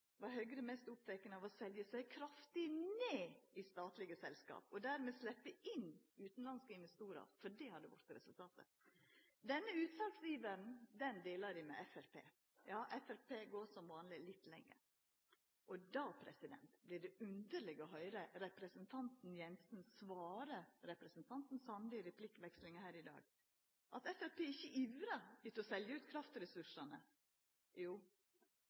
var Høgre mest oppteken av å selja seg kraftig ned i statlege selskap og dermed sleppa inn utanlandske investorar. For det hadde vorte resultatet. Denne utsalsiveren delar dei med Framstegspartiet. Ja, Framstegspartiet går som vanleg litt lenger. Og då vert det underleg å høyra representanten Jensen svara representanten Sande i replikkvekslinga her i dag at Framstegspartiet ikkje ivrar etter å selja ut kraftressursane. Jo,